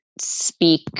speak